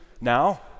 now